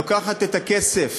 לוקחת את הכסף